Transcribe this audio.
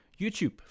youtube